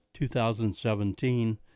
2017